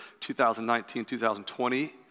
2019-2020